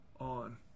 on